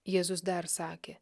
jėzus dar sakė